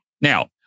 now